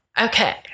Okay